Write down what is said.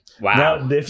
wow